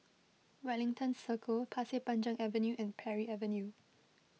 Wellington Circle Pasir Panjang Avenue and Parry Avenue